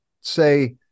say